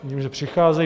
Vidím, že přicházejí.